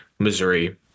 Missouri